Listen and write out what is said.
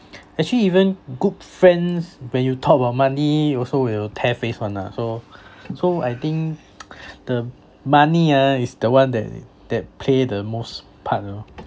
actually even good friends when you talk about money also will tear face [one] ah so so I think the money ah is the one that that play the most part you know